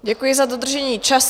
Děkuji za dodržení času.